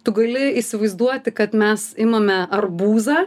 tu gali įsivaizduoti kad mes imame arbūzą